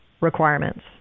requirements